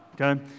okay